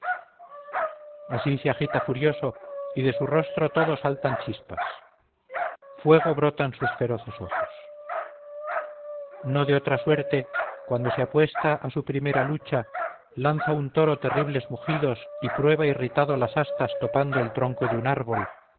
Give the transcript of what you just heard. así se agita furioso y de su rostro todo saltan chispas fuego brotan sus feroces ojos no de otra suerte cuando se apresta a su primera lucha lanza un toro terribles mugidos y prueba irritado las astas topando el tronco de un árbol